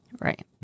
right